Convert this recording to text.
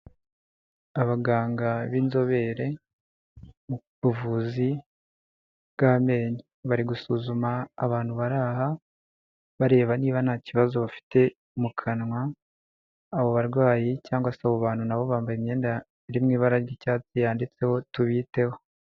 Abaganga b'inzobere mu buvuzi bw'amenyo. Bari gusuzuma abantu bari aha, bareba niba nta kibazo bafite mu kanwa, abo barwayi cyangwa se abo bantu na bo bambaye imyenda iri mu ibara ry'icyatsi yanditseho tubiteho.